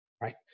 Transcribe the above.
right